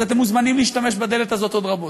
אז אתם מוזמנים להשתמש בדלת הזאת עוד רבות.